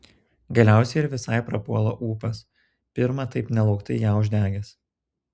galiausiai ir visai prapuola ūpas pirma taip nelauktai ją uždegęs